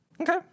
Okay